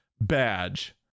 badge